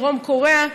דרום קוריאה,